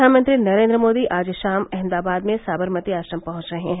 प्रधानमंत्री नरेन्द्र मोदी आज शाम अहमदाबाद में साबरमती आश्रम पहुंच रहे हैं